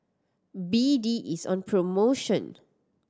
B D is on promotion